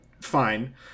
fine